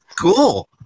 cool